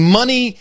money